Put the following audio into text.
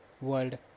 World